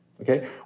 okay